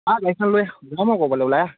আহ গাড়ীখন লৈ যাম আও ক'ৰবালৈ ওলাই আহ